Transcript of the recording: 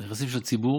הנכסים של הציבור